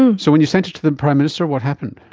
and so when you sent it to the prime minister, what happened?